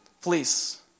please